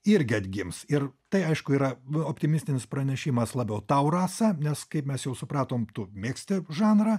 irgi atgims ir tai aišku yra optimistinis pranešimas labiau tau rasa nes kaip mes jau supratom tu mėgsti žanrą